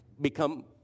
become